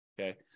okay